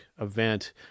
event